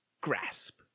grasp